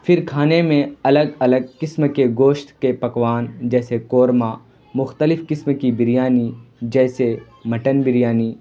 پھر کھانے میں الگ الگ قسم کے گوشت کے پکوان جیسے قورمہ مختلف قسم کی بریانی جیسے مٹن بریانی